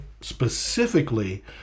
specifically